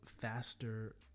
faster